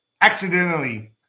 accidentally